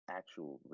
actual